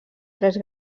tres